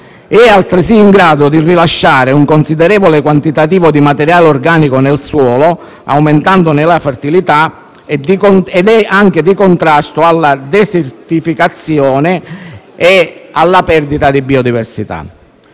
È altresì in grado di rilasciare un considerevole quantitativo di materiale organico nel suolo, aumentandone la fertilità, ed è anche di contrasto alla desertificazione e alla perdita di biodiversità.